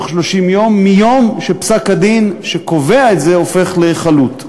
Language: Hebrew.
מיום שפסק-הדין שקובע את זה הופך לחלוט,